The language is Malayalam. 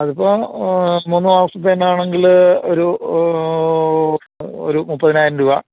അതിപ്പോള് മൂന്ന് മാസത്തേനാണെങ്കില് ഒരു ഒരു മുപ്പതിനായിരം രൂപ